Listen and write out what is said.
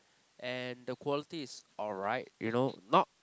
and the quality is alright you know not